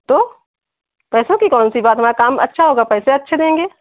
तो पैसों की कौन सी बात हमारा काम अच्छा होगा पैसे अच्छे देंगे